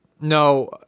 No